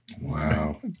wow